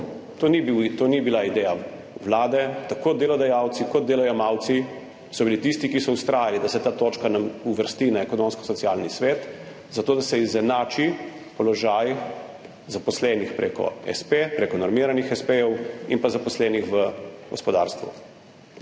To ni bila ideja Vlade, tako delodajalci kot delojemalci so bili tisti, ki so vztrajali, da se ta točka uvrsti na Ekonomsko-socialni svet zato, da se izenači položaj zaposlenih preko espeja, preko normiranih espejev in pa zaposlenih v gospodarstvu.